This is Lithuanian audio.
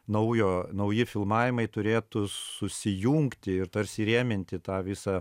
naujo nauji filmavimai turėtų susijungti ir tarsi įrėminti tą visą